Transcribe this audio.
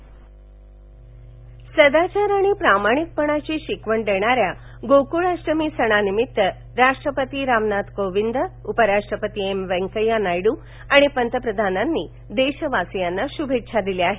जन्माष्टमी सदाचार आणि प्रामाणिकपणाची शिकवण देणारा गोक्ळाष्टमीच्या सणानिमित्त राष्ट्रपती रामनाथ कोविंद आणि उपराष्ट्रपती एम व्यंकय्या नाटडू आणि पंतप्रधानांनी देशवासियांना शुभेच्छा दिल्या आहेत